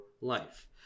life